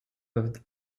peuvent